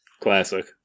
Classic